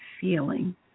Feeling